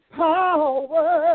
power